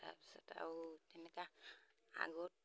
তাৰপিছত আৰু তেনেকুৱা আগত